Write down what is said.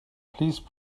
please